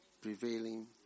prevailing